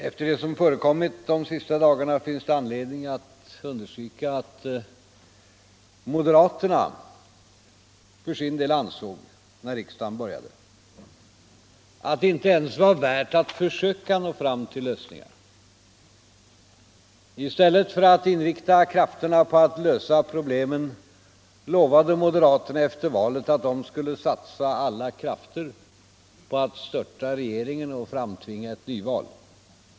Efter det som förekommit de senaste dagarna finns det anledning att understryka att moderaterna för sin del ansåg, när riksdagen började, att det inte ens var värt att försöka nå fram till lösningar. I stället för att inrikta krafterna på att lösa problemen lovade moderaterna efter valet att de skulle satsa alla krafter på att störta regeringen och framtvinga ett nyval.